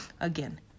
again